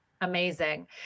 amazing